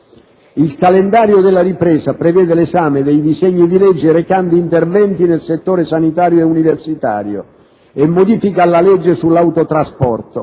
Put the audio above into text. Il calendario della ripresa prevede l'esame dei disegni di legge recanti interventi nel settore sanitario e universitario e modifiche alla legge sull'autotrasporto,